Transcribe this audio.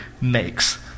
makes